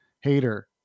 hater